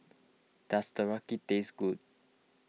does Teriyaki taste good